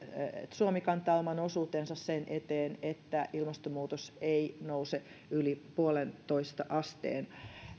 suomi kantaa oman osuutensa sen eteen että ilmastonmuutos ei nouse yli puolentoista asteen